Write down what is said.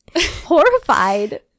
horrified